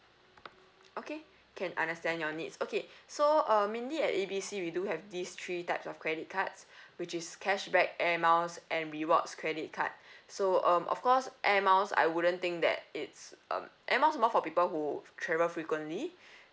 okay can understand your needs okay so uh mainly at A B C we do have these three types of credit cards which is cashback Air Miles and rewards credit card so um of course Air Miles I wouldn't think that it's um Air Miles more for people who travel frequently